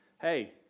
Hey